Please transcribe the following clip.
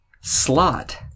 Slot